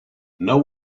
know